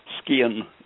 skin